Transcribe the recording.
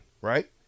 right